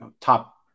top